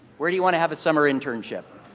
where do you want to have a summer internship?